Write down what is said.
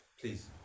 please